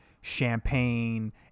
champagne